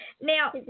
Now